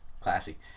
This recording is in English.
classy